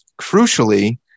Crucially